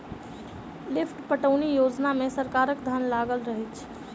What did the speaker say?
lift पटौनी योजना मे सरकारक धन लागल रहैत छै